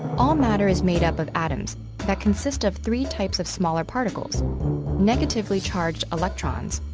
all matter is made up of atoms that consist of three types of smaller particles negatively charged electrons,